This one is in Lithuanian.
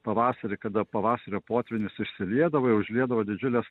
pavasarį kada pavasario potvynis išsiliedavo užliedavo didžiules